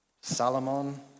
Salomon